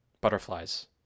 Butterflies